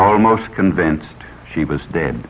almost convinced she was dead